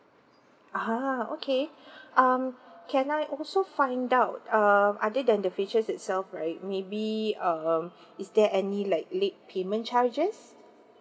ah okay um can I also find out um other than the features itself right maybe um is there any like late payment charges